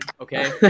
Okay